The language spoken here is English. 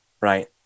right